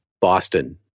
Boston